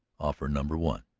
offer number one,